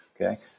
Okay